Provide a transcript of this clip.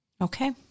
Okay